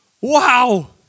Wow